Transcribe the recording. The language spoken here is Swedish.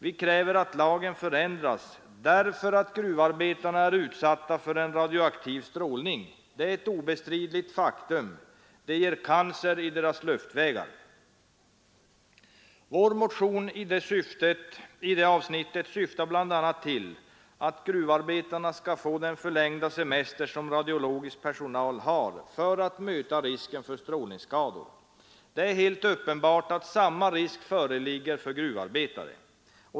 Vi kräver att lagen förändras därför att gruvarbetarna är utsatta för radioaktiv strålning. Det är ett obestridligt faktum. Det ger cancer i deras luftvägar. Vår motion i det avsnittet syftar bl.a. till att gruvarbetarna skall få den förlängda semester som radiologisk personal har för att möta risken för strålningsskador. Det är helt uppenbart att samma risk föreligger för gruvarbetare.